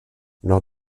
lors